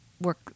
work